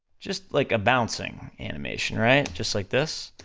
just like a bouncing animation, right, just like this,